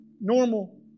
normal